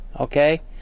okay